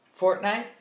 Fortnite